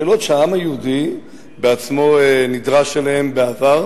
שאלות שהעם היהודי בעצמו נדרש אליהן בעבר,